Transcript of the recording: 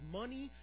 money